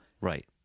Right